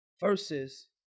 versus